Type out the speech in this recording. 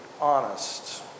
honest